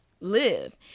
live